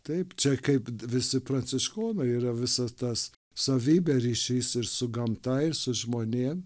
taip čia kaip visi pranciškonai yra visas tas savybė ryšys ir su gamta ir su žmonėm